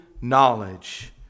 knowledge